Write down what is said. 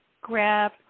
grab